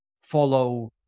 follow